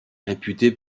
réputé